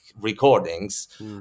recordings